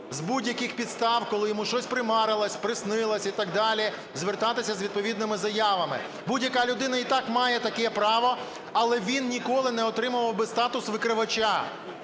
з будь-яких підстав, коли йому щось примарилось, приснилось і так далі, звертатись з відповідними заявами. Будь-яка людина і так має таке право, але він ніколи не отримував би статус викривача.